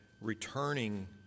returning